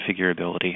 configurability